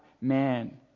man